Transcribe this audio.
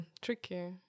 tricky